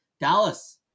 Dallas